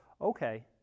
okay